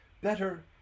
better